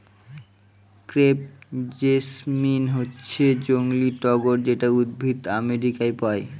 crepe jasmine হচ্ছে জংলী টগর যেটা উদ্ভিদ আমেরিকায় পায়